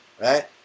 Right